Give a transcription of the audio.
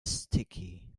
sticky